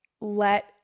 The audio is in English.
let